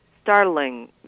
startling